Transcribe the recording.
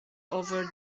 over